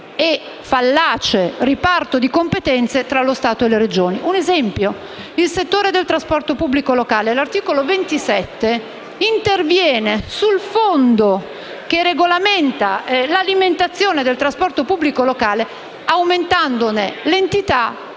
Un esempio riguarda il settore del trasporto pubblico locale. L'articolo 27 interviene sul fondo che regolamenta l'alimentazione del trasporto pubblico locale, aumentandone l'entità e